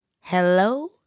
Hello